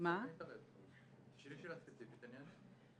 תשאלי שאלה ספציפית, אני אענה.